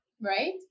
right